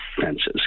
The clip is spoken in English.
fences